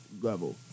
level